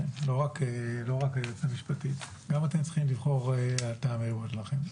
גם אתם צריכים לבחור את המריבות שלכם,